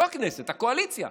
לא הכנסת, הקואליציה.